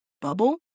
bubble